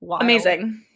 Amazing